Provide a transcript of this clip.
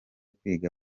kwiga